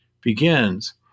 begins